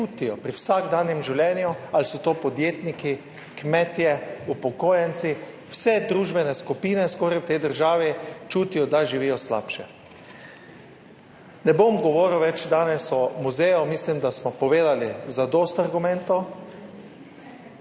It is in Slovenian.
pri vsakdanjem življenju, ali so to podjetniki, kmetje ali upokojenci, skoraj vse družbene skupine v tej državi čutijo, da živijo slabše. Ne bom več danes govoril o muzeju, mislim, da smo povedali zadosti argumentov,